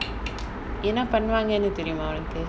என்ன பண்ணுவாங்க னு தெரியுமா:enna panuvaanga nu teriyuma